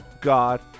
God